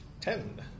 Ten